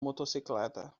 motocicleta